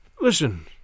Listen